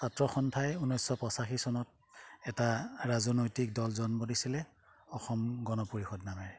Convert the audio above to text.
ছাত্ৰ সন্থাই ঊনৈছশ পঁচাশী চনত এটা ৰাজনৈতিক দল জন্ম দিছিলে অসম গণ পৰিষদ নামেৰে